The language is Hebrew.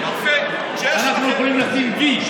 אנחנו יכולים לשים v,